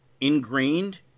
ingrained